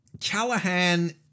Callahan